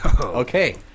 Okay